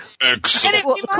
Excellent